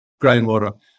groundwater